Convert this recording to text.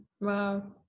Wow